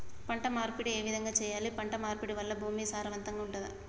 పంట మార్పిడి ఏ విధంగా చెయ్యాలి? పంట మార్పిడి వల్ల భూమి సారవంతంగా ఉంటదా?